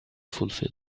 fulfill